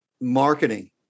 marketing